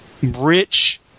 rich